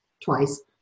twice